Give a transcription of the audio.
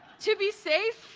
to be safe,